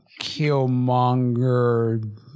Killmonger